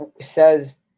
says